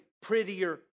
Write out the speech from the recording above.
prettier